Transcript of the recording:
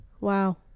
Wow